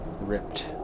ripped